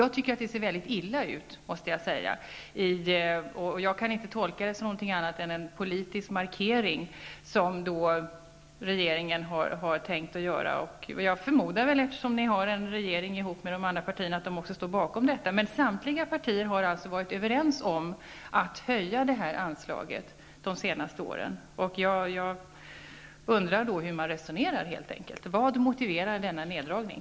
Jag tycker att neddragningen ser väldigt illa ut, och jag kan inte tolka den annat än som en politisk markering från regeringen. Jag förmodar att även de andra regeringspartierna står bakom detta. Men samtliga partier har ju under de senaste åren varit överens om att höja anslaget. Jag undrar därför hur man resonerar. Vad motiverar denna neddragning?